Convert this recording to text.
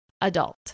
adult